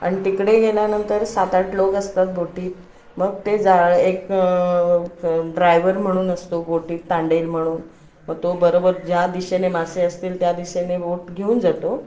आणि तिकडे गेल्यानंतर सात आठ लोक असतात बोटीत मग ते जाळ एक ड्रायवर म्हणून असतो बोटीत तांडेल म्हणून मग तो बरोबर ज्या दिशेने मासे असतील त्या दिशेने वोट घेऊन जातो